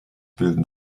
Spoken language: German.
bilden